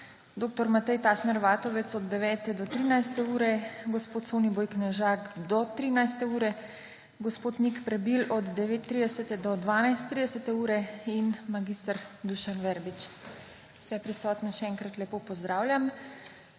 dr. Matej Tašner Vatovec od 9. do 13. ure, Soniboj Knežak do 13. ure, Nik Prebil od 9.30 do 12.30 in mag. Dušan Verbič. Vse prisotne še enkrat lepo pozdravljam!